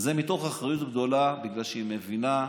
זה מתוך אחריות גדולה בגלל שהיא מבינה.